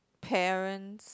parents